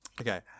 Okay